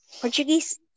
Portuguese